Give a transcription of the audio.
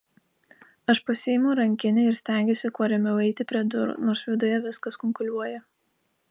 aš pasiimu rankinę ir stengiuosi kuo ramiau eiti prie durų nors viduje viskas kunkuliuoja